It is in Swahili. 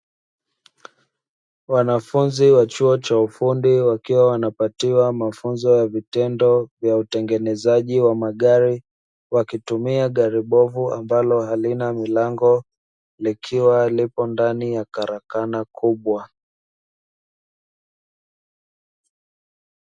Wanafunzi wa chuo cha ufundi wakiwa wanapatiwa mafunzo ya vitendo ya utengenezaji magari, wakitumia gari bovu ambalo halina milango likiwa lipo ndani ya karakana kubwa.